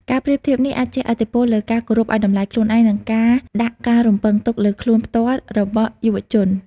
ការប្រៀបធៀបនេះអាចជះឥទ្ធិពលលើការគោរពឱ្យតម្លៃខ្លួនឯង និងការដាក់ការរំពឹងទុកលើខ្លួនផ្ទាល់របស់យុវជន។